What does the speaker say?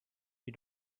you